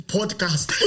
Podcast